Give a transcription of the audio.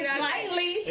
slightly